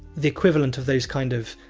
the equivalent of those kind of!